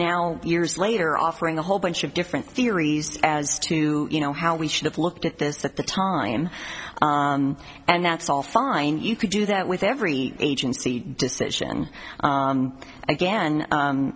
now years later offering a whole bunch of different theories as to you know how we should have looked at this at the time and that's all fine you could do that with every agency decision again